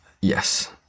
Yes